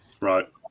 right